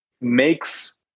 makes